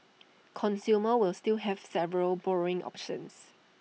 consumers will still have several borrowing options